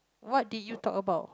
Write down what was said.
what did you talk about